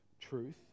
truth